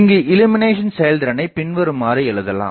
இங்கு இல்லுமினேஷன் செயல்திறனை பின்வருமாறு எழுதலாம்